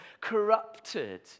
corrupted